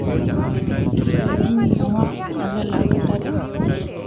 ᱤᱧ ᱱᱟᱣᱟ ᱟᱞᱮ ᱞᱟ ᱠᱟᱛᱟ ᱨᱮ